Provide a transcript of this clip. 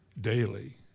daily